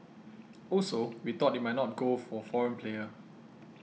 also we thought it might not go for foreign player